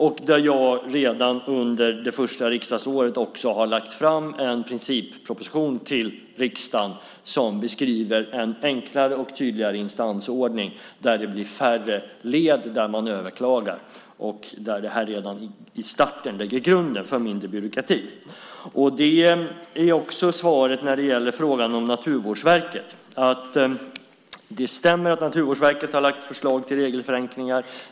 Där har jag redan under det första riksdagsåret också lagt fram en principproposition till riksdagen som beskriver en enklare och tydligare instansordning där det blir färre led när man överklagar. Detta lägger redan i starten grunden för mindre byråkrati. Det är också svaret när det gäller frågan om Naturvårdsverket. Det stämmer att Naturvårdsverket har lagt fram förslag till regelförenklingar.